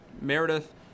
Meredith